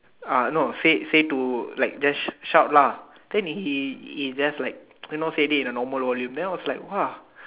ah no say say to like just shout lah then he he just like you know say it the normal volume then I was like !wah!